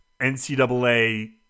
NCAA